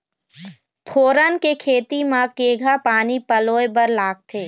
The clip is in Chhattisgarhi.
फोरन के खेती म केघा पानी पलोए बर लागथे?